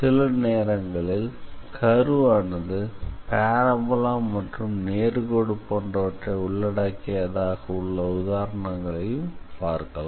சில நேரங்களில் கர்வ் ஆனது பாராபோலா மற்றும் நேர்கோடு போன்றவற்றை உள்ளடக்கியதாக உள்ள உதாரணங்களையும் பார்க்கலாம்